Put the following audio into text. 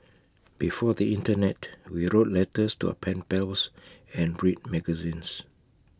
before the Internet we wrote letters to our pen pals and read magazines